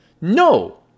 No